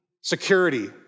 security